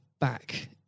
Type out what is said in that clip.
back